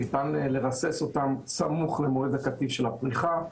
שניתן לרסס אותם סמוך למועד הקטיף של הפריחה,